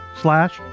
slash